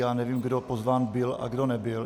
Já nevím, kdo pozván byl a kdo nebyl.